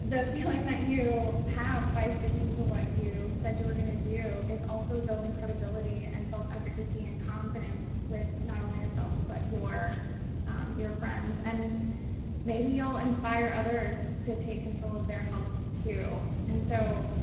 the feeling that you have by sticking to what you said you were going to do is also building credibility and self efficacy and confidence with not only yourself, but your your friends. and maybe you'll inspire others to take control of their health, too. and so,